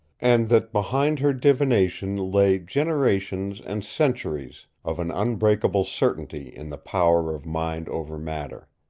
and that behind her divination lay generations and centuries of an unbreakable certainty in the power of mind over matter.